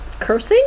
Cursing